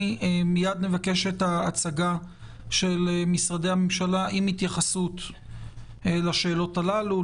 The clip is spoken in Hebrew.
מייד נבקש את ההצגה של משרדי הממשלה עם התייחסות לשאלות הללו.